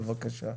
בבקשה.